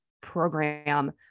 program